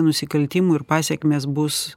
nusikaltimui ir pasekmės bus